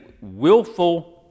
willful